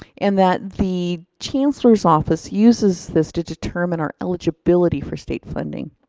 and that the chancellor's office uses this to determine our eligibility for state funding.